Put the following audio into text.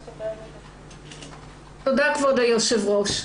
תודה, כבוד היושב-ראש.